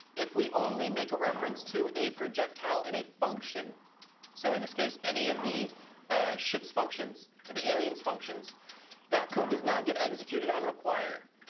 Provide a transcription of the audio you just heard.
if we only make a reference to a projectile in a function so in this case, any of the ship's functions or the alien's functions that code does not get executed on require.